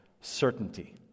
certainty